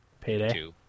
Payday